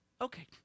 Okay